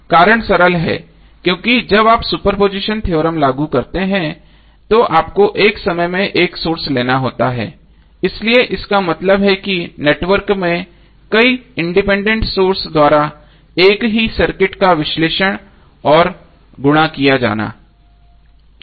कारण सरल है क्योंकि जब आप सुपरपोजिशन थ्योरम लागू करते हैं तो आपको एक समय में एक सोर्स लेना होता है इसलिए इसका मतलब है कि नेटवर्क में कई इंडिपेंडेंट सोर्सों द्वारा एक ही सर्किट का विश्लेषण और गुणा किया जाना है